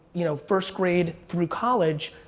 you know, first grade through college,